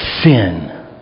sin